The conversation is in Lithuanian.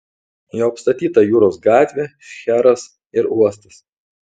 jau apstatyta jūros gatvė šcheras ir uostas